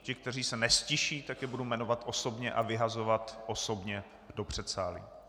Ty, kteří se neztiší, tak je budu jmenovat osobně a vyhazovat osobně do předsálí.